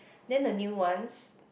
then the new ones